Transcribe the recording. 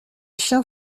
chiens